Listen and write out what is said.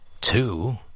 Two